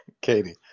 Katie